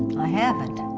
i haven't.